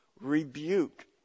rebuke